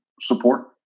support